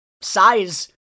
size